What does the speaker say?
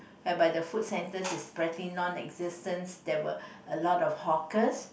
whereby the food centres is pretty non existent that were a lot of hawkers